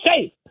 safe